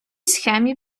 схемі